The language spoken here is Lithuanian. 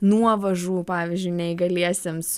nuovažų pavyzdžiui neįgaliesiems